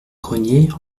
grenier